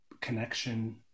connection